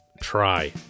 try